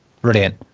brilliant